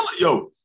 Yo